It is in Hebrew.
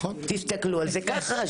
תסתכלו על זה ככה.